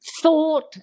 thought